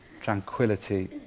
tranquility